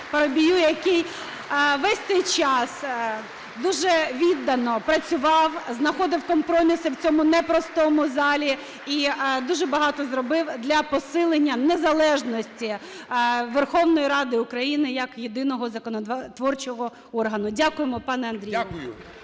який весь цей час дуже віддано працював, знаходив компроміси в цьому непростому залі і дуже багато зробив для посилення незалежності Верховної Ради України як єдиного законотворчого органу. Дякуємо, пане Андрію!